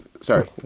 Sorry